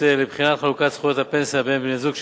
לבחינת חלוקת זכויות הפנסיה בין בני-זוג שנפרדו,